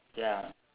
ya